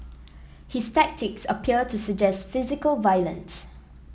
his tactics appear to suggest physical violence